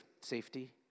safety